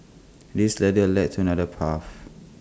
this ladder led to another path